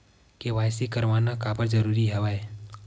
KYC करवाना काबर जरूरी हवय?